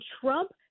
Trump